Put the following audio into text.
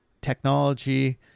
technology